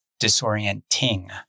Disorienting